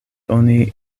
oni